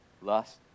lust